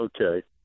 okay